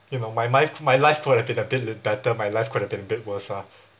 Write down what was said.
you know my my my life could have been a bit better my life could have been a bit worse ah